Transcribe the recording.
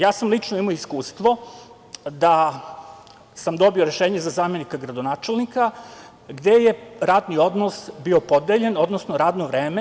Ja sam lično imao iskustvo da sam dobio rešenje za zamenika gradonačelnika, gde je radni odnos bio podeljen, odnosno radno vreme.